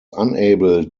unable